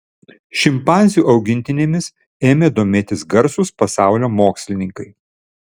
šimpanzių augintinėmis ėmė domėtis garsūs pasaulio mokslininkai